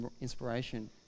inspiration